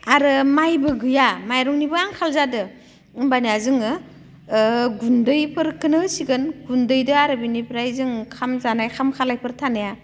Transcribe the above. आरो माइबो गैया माइरंनिबो आंखाल जादों होनबानिया जोङो गुन्दैफोरखौनो होसिगोन गुन्दैजों आरो बेनिफ्राय जों ओंखाम जानाय ओंखाम खालायफोर थानाया